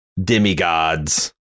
demigods